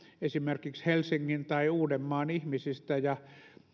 esimerkiksi helsingin tai uudenmaan ihmisistä ja